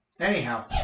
Anyhow